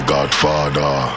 Godfather